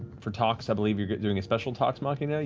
for talks, i believe you're doing a special talks machina?